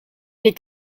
est